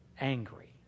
angry